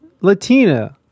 Latina